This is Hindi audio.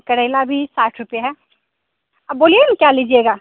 करेला भी साठ रुपये है आप बोलिए न क्या लीजिएगा